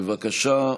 בבקשה.